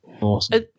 Awesome